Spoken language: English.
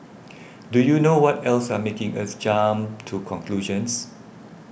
do you know what else are making us jump to conclusions